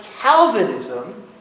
Calvinism